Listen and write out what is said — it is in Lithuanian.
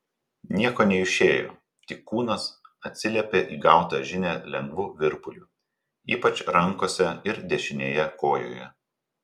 nieko neišėjo tik kūnas atsiliepė į gautą žinią lengvu virpuliu ypač rankose ir dešinėje kojoje